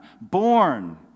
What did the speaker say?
born